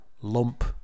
lump